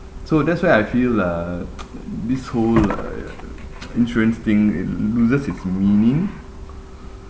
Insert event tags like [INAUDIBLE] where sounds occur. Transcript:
so that's why I feel uh [NOISE] this whole uh insurance thing it loses its meaning